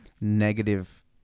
negative